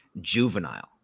juvenile